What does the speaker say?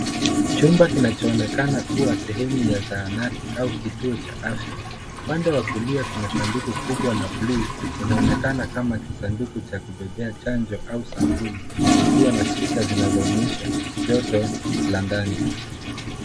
Chumba kinachoonekana kuwa sehemu ya zahanati au kituo cha afya. Upande wa kulia kuna sanduku kubwa la bluu, linaonekana kama kisanduku cha kubebea chanjo au sampuli. Likiwa na sticker zinazoonyesha joto la ndani.